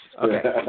Okay